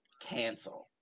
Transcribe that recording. cancel